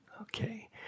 Okay